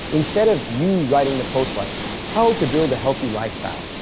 instead of you writing the post like how to build a healthy lifestyle,